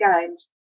Games